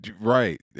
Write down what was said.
Right